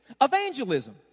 evangelism